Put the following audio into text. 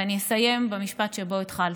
ואסיים במשפט שבו התחלתי: